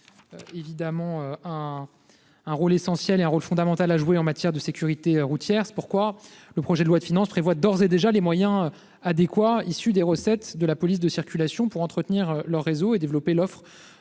territoriales ont un rôle fondamental à jouer en matière de sécurité routière ; c'est pourquoi le projet de loi de finances prévoit d'ores et déjà les moyens adéquats issus des recettes de la police de circulation pour entretenir leur réseau et développer l'offre